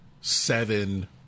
seven